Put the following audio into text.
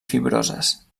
fibroses